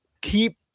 keep